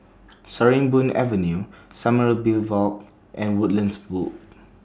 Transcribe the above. Sarimbun Avenue Sommerville Walk and Woodlands Loop